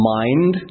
mind